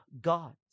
God